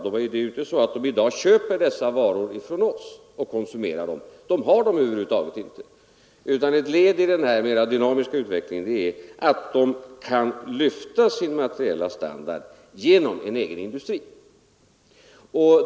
Det är inte så att de i dag köper dessa varor från oss och konsumerar dem —- de har dem över huvud taget inte; ett led i den här mer dynamiska utvecklingen är att de kan lyfta sin materiella standard genom en egen industri.